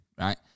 right